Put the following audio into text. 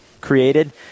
created